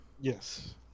Yes